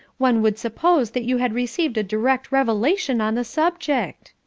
one would suppose that you had received a direct revelation on the subject.